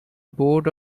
board